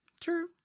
True